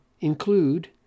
include